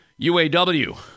UAW